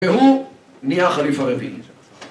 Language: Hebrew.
והוא נהיה חליפה רביעית